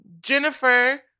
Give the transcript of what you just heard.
Jennifer